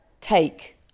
take